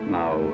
now